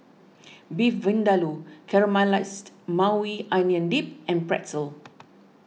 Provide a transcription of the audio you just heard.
Beef Vindaloo Caramelized Maui Onion Dip and Pretzel